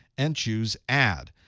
and choose add.